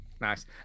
Nice